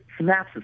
synapses